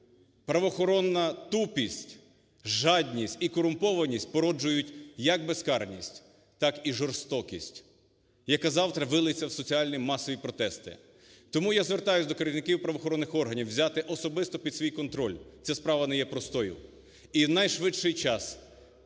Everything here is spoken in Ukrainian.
правоохоронна тупість, жадність і корумпованість породжують як безкарність, так і жорстокість, яка завтра виллється в соціальні масові протести. Тому я звертаюся до керівників правоохоронних органів взяти особисто під свій контроль (це справа не є простою) і в найшвидший час